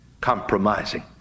compromising